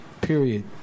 period